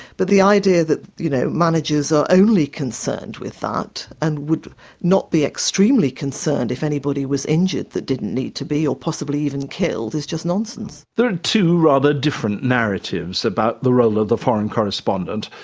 but the idea that you know managers are only concerned with that and would not be extremely concerned if anybody was injured that didn't need to be, or possibly even killed, is just nonsense. there are two rather different narratives about the role of the foreign correspondent.